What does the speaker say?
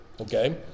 okay